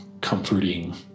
comforting